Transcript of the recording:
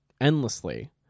Endlessly